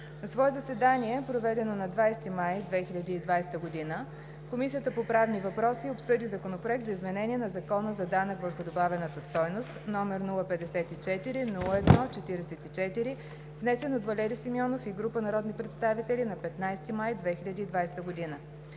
На свое заседание, проведено на 20 май 2020 г., Комисията по правни въпроси обсъди Законопроект за изменение на Закона за данък върху добавената стойност, № 054-01-44, внесен от Красимир Георгиев Ципов и група народни представители на 15 май 2020 г.